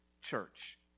church